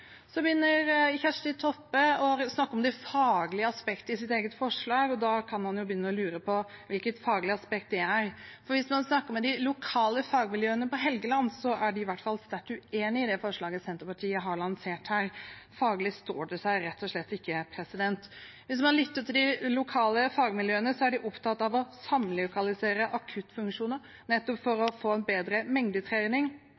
Så begynner Kjersti Toppe å snakke om det faglige aspektet i hennes eget forslag, og da kan man begynne å lure på hvilket faglig aspekt det er. For hvis man snakker med de lokale fagmiljøene på Helgeland, er de i hvert fall sterkt uenig i det forslaget Senterpartiet har lansert her. Faglig står det seg rett og slett ikke. Hvis man lytter til de lokale fagmiljøene, er de opptatt av å samlokalisere akuttfunksjoner nettopp for